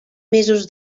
mesos